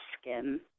skin